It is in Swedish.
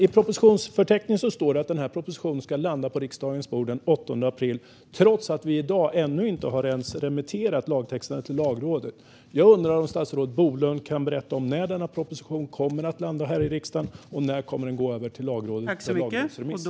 I propositionsförteckningen står det att denna proposition ska landa på riksdagens bord den 8 april, trots att lagtexterna ännu inte ens är remitterade till Lagrådet. Kan statsrådet Bolund berätta när denna proposition kommer att landa i riksdagen och när den kommer att gå över till Lagrådet för lagrådsremiss?